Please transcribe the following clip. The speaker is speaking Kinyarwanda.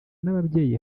n’ababyeyi